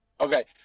okay